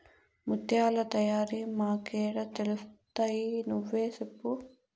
ముత్యాల తయారీ మాకేడ తెలుస్తయి నువ్వే సెప్పు